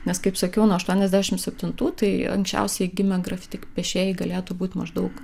nes kaip sakiau nuo aštuoniasdešimt septintų tai anksčiausiai gimę grafičių piešėjai galėtų būti maždaug